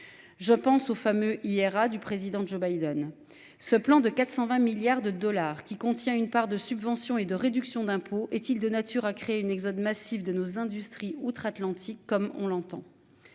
Je pense aux femmes hier à du président Joe Biden. Ce plan de 420 milliards de dollars qui contient une part de subventions et de réduction d'impôt est-il de nature à créer une exode massive de nos industries outre-Atlantique comme on l'entend.